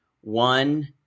One